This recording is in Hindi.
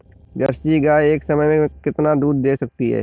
जर्सी गाय एक समय में कितना दूध दे सकती है?